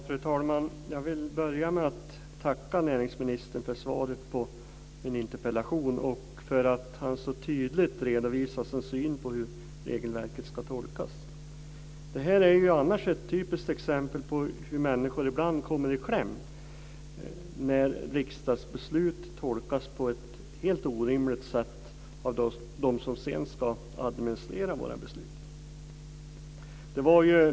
Fru talman! Jag vill börja med att tacka näringsministern för svaret på min interpellation och för att han så tydligt redovisar sin syn på hur regelverket ska tolkas. Det här är annars ett typiskt exempel på hur människor ibland kommer i kläm när riksdagsbeslut tolkas på ett helt orimligt sätt av dem som sedan ska administrera våra beslut.